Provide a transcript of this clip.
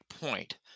point